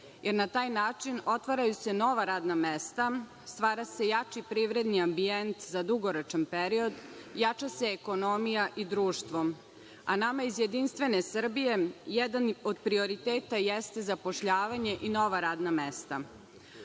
jer na taj način otvaraju se nova radna mesta, stvara se jači privredni ambijent za dugoročan period, jača se ekonomija i društvo. Nama iz JS jedan od prioriteta jeste zapošljavanje i nova radna mesta. Ovakav